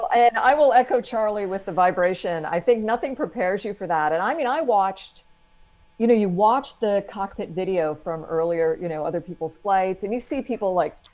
and i will echo charlie with the vibration. i think nothing prepares you for that. and i mean, i watched you know, you watch the cockpit video from earlier, you know, other people's flights and you see people like,